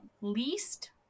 Least